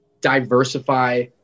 diversify